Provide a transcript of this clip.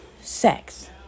sex